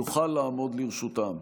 יוכל לעמוד לרשותם.